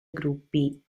gruppi